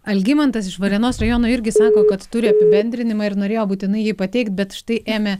algimantas iš varėnos rajono irgi sako kad turi apibendrinimą ir norėjo būtinai jį pateikt bet štai ėmė